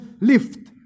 lift